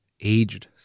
aged